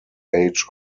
age